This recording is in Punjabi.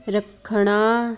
ਰੱਖਣਾ